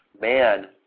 man